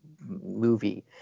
movie